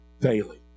daily